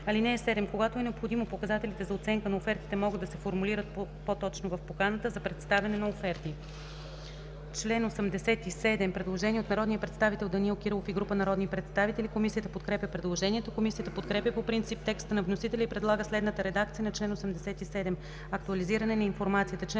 (7) Когато е необходимо, показателите за оценка на офертите могат да се формулират по-точно в поканата за представяне на оферти.”